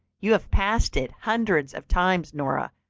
you have passed it hundreds of times, nora,